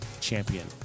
champion